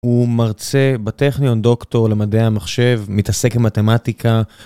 הוא מרצה בטכניון דוקטור למדעי המחשב, מתעסק במתמטיקה.